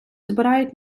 збирають